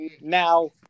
now